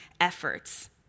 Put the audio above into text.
efforts